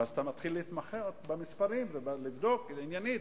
ואז אתה מתחיל להתמחות במספרים ולבדוק עניינית.